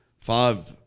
five